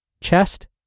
chest